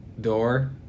door